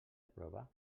prova